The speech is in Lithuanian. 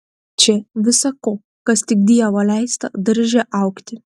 čia visa ko kas tik dievo leista darže augti